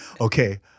okay